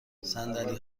صندلی